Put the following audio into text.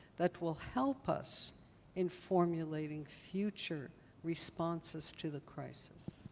that will help us in formulating future responses to the crisis.